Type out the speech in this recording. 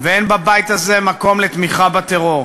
אין בבית הזה מקום לתמיכה בטרור,